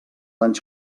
anys